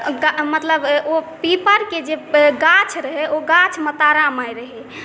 मतलब ओ पीपरके जे गाछ रहै ओ गाछमे तारा माय रहै